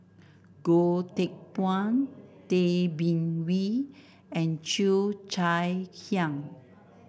Goh Teck Phuan Tay Bin Wee and Cheo Chai Hiang